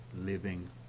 living